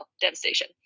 Devastation